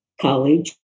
college